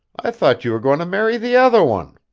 i thought you were goin' to marry the other one!